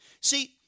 See